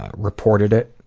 ah reported it.